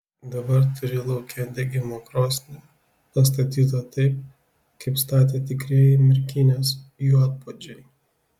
dabar turi lauke degimo krosnį pastatytą taip kaip statė tikrieji merkinės juodpuodžiai